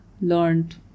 learned